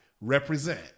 represent